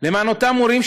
למען אותם הורים,